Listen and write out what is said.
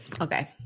Okay